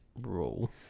rule